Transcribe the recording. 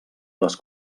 les